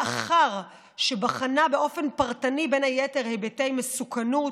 לאחר שבחנה באופן פרטני בין היתר היבטי מסוכנות,